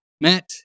matt